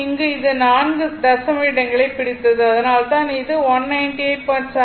இங்கு இது நான்கு தசம இடங்களைப் பிடித்தது அதனால்தான் இது 198